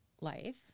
life